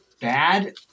bad